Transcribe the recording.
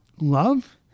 love